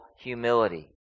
humility